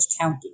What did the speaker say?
County